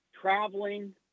traveling